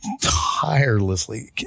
tirelessly